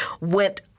went